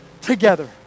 together